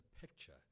picture